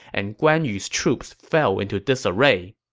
and guan yu's troops fell into disarray.